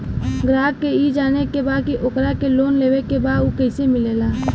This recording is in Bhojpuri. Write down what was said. ग्राहक के ई जाने के बा की ओकरा के लोन लेवे के बा ऊ कैसे मिलेला?